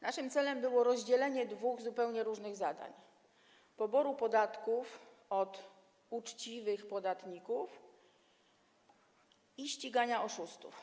Naszym celem było rozdzielenie dwóch zupełnie różnych zadań: poboru podatków od uczciwych podatników i ścigania oszustów.